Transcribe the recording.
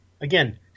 Again